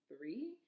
three